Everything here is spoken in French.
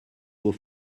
vos